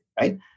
right